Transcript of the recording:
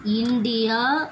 India